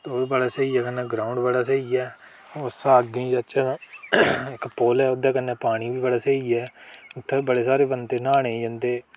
उब्भी बड़ा स्हेई ऐ कन्नै ग्राउंड बड़ा स्हेई ऐ उस शा अग्गें ई जाह्चै इक पुल ऐ ओह्दे कन्नै पानी बी बड़ा स्हेई ऐ उत्थै बी बड़े सारे बंदे न्हाने गी जंदे